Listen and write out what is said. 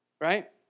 Right